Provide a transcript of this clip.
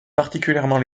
particulièrement